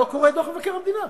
לא קורא את דוח מבקר המדינה.